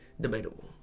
Debatable